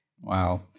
Wow